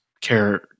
care